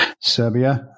serbia